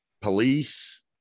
police